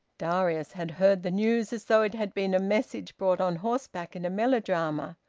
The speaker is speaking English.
darius had heard the news as though it had been a message brought on horseback in a melodrama.